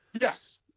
Yes